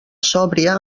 sòbria